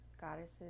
goddesses